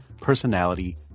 personality